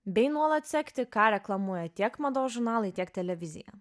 bei nuolat sekti ką reklamuoja tiek mados žurnalai tiek televizija